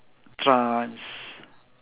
trance